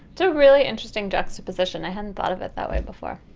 so really interesting juxtaposition i hadn't thought of it that way before